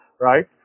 right